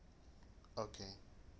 okay